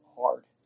hard